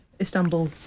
Istanbul